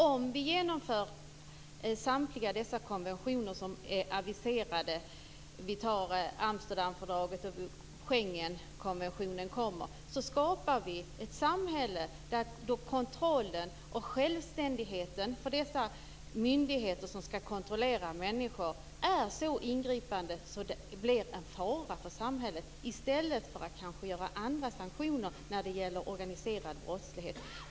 Om vi inför samtliga de konventioner som är aviserade - t.ex. Amsterdamfördraget och Schengen - skapar vi ett samhälle där kontrollen hos och självständigheten för de myndigheter som skall kontrollera människor är så ingripande att det blir en fara för samhället i stället för att man inför andra sanktioner i fråga om organiserad brottslighet.